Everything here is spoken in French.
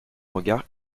regard